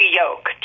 yoke